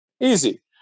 Easy